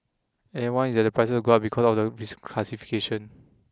everyone is that the prices will go up because of the reclassification